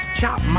chop